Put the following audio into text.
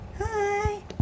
Hi